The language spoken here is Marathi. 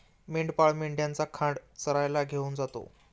मेंढपाळ मेंढ्यांचा खांड चरायला घेऊन जातो